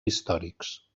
històrics